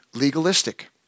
legalistic